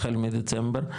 החל מדצמבר,